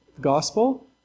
Gospel